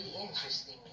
interesting